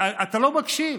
אתה לא מקשיב.